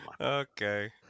Okay